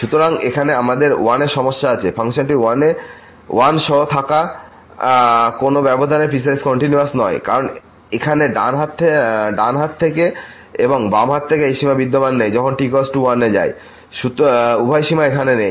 সুতরাং এখানে আমাদের 1 এ সমস্যা আছে ফাংশনটি 1 সহ থাকা কোন ব্যবধানে পিসওয়াইস কন্টিনিউয়াস নয় কারণ এখানে ডান হাত থেকে এবং বাম হাত থেকে এই সীমাবিদ্যমান নেই যখন t 1 এ যায় উভয় সীমা এখানে নেই